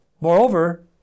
Moreover